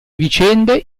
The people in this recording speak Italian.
vicende